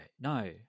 No